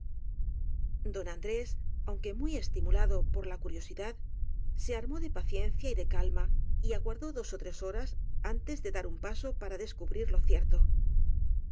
don andrés aunque muy estimulado por la curiosidad se armó de paciencia y de calma y aguardó dos ó tres horas antes de dar un paso para descubrir lo cierto